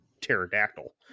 pterodactyl